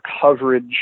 coverage